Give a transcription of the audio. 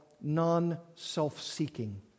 non-self-seeking